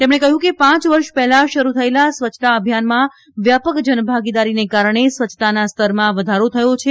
તેમણે કહયું કે પાંચ વર્ષ પહેલા શરૂ થયેલા સ્વચ્છતા અભિયાનમાં વ્યાપક જનભાગીદારીને કારણે સ્વચ્છતાના સ્તરમાં વધારો થયો છે